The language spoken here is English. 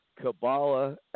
Kabbalah